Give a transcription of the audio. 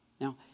Now